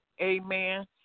Amen